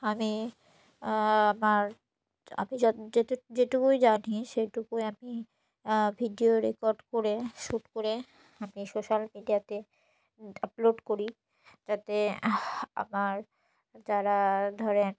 আমি আমার আমি যত যেটু যেটুকুই জানি সেটুকুই আমি ভিডিও রেকর্ড করে শ্যুট করে আমি সোশ্যাল মিডিয়াতে আপলোড করি যাতে আমার যারা ধরুন